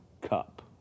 cup